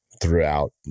throughout